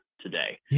today